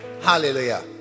hallelujah